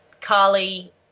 Carly